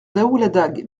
daoulagad